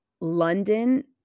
London